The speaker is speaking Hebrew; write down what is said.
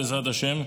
בעזרת השם,